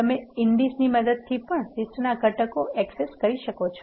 તમે ઇન્ડીસ ની મદદથી પણ લીસ્ટના ઘટકો એક્સેસકરી શકો છો